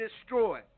destroy